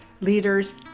leaders